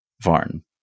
Varn